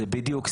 זו בדיוק,